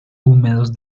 húmedos